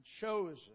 chosen